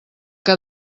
que